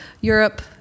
Europe